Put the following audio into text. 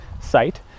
site